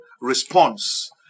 response